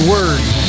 Words